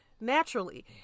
naturally